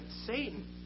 Satan